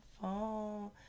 phone